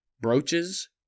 brooches